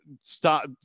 stop